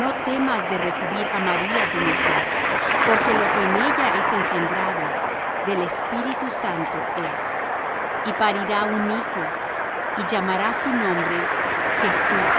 no temas de recibir á maría tu mujer porque lo que en ella es engendrado del espíritu santo es y parirá un hijo y llamarás su nombre jesus